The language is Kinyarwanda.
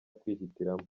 kwihitiramo